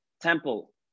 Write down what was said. temple